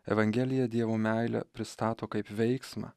evangelija dievo meilę pristato kaip veiksmą